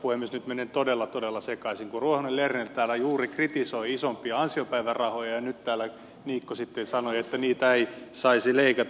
nyt menen todella todella sekaisin kun ruohonen lerner täällä juuri kritisoi isompia ansiopäivärahoja ja nyt täällä niikko sitten sanoi että niitä ei saisi leikata